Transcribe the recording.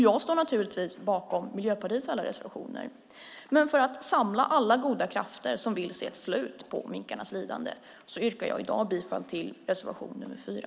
Jag står naturligtvis bakom alla miljöpartiets reservationer, men för att samla alla goda krafter som vill se ett slut på minkarnas lidande yrkar jag i dag bifall till reservation nr 4.